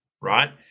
right